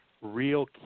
real